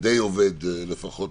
אחוז